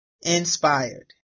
inspired